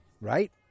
right